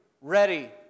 ready